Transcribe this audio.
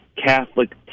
Catholic